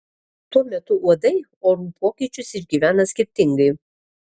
tuo metu uodai orų pokyčius išgyvena skirtingai